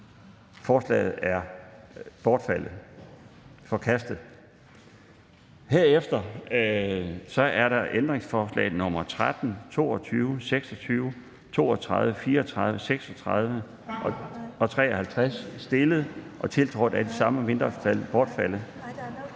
Ændringsforslaget er forkastet. Herefter er ændringsforslag nr. 13, 22, 26, 32, 34, 36 og 53, stillet og tiltrådt af de samme mindretal,